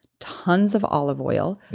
tons of olive oil.